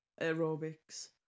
aerobics